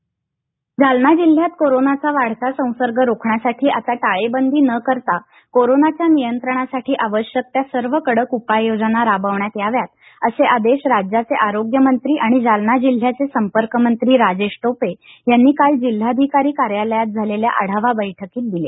जालना जिल्हा बैठक जालना जिल्ह्यात कोरोनाचा वाढता संसर्ग रोखण्यासाठी आता टाळेबंदी न करता कोरोनाच्या नियंत्रणासाठी आवशयक त्या सर्व कडक उपाययोजना राबविण्यात याव्यात असे आदेश राज्याचे आरोग्यमंत्री आणि जालना जिल्ह्याचे संपर्कमंत्री राजेश टोपे यांनी काल जिल्हाधिकारी कार्यालयात झालेल्या आढावा बैठकीत दिले